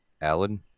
Alan